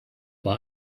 war